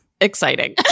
exciting